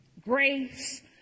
grace